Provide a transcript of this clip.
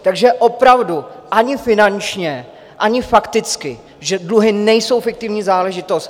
Takže opravdu ani finančně, ani fakticky dluhy nejsou fiktivní záležitost.